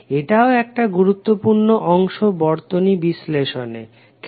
এটাও একটা গুরুত্বপূর্ণ অংশ বর্তনী বিশ্লেষণে কেন